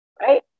right